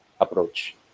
approach